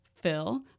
Phil